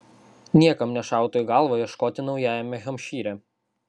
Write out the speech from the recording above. niekam nešautų į galvą ieškoti naujajame hampšyre